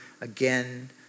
again